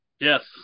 Yes